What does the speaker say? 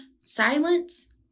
silence